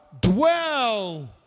Dwell